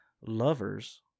lovers